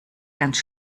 ganz